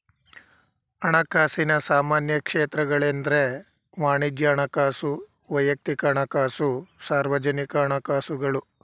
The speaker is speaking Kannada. ಹಣಕಾಸಿನ ಸಾಮಾನ್ಯ ಕ್ಷೇತ್ರಗಳೆಂದ್ರೆ ವಾಣಿಜ್ಯ ಹಣಕಾಸು, ವೈಯಕ್ತಿಕ ಹಣಕಾಸು, ಸಾರ್ವಜನಿಕ ಹಣಕಾಸುಗಳು